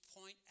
point